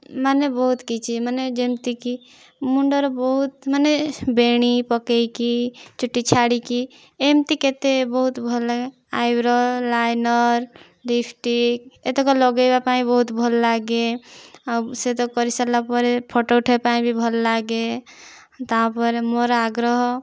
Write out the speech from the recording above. ମାନେ ବହୁତ କିଛି ମାନେ ଯେମିତି କି ମୁଣ୍ଡରେ ବହୁତ ମାନେ ବେଣୀ ପକେଇକି ଚୁଟି ଛାଡ଼ିକି ଏମିତି କେତେ ବହୁତ ଭଲ ଲାଗେ ଆଇବ୍ରୋ ଲାଇନର ଲିପିଷ୍ଟିକ ଏତକ ଲଗେଇବା ପାଇଁ ବହୁତ ଭଲ ଲାଗେ ଆଉ ସେତକ କରିସାରିଲା ପରେ ଫଟୋ ଉଠେଇବା ପାଇଁ ବି ଭଲ ଲାଗେ ତାପରେ ମୋର ଆଗ୍ରହ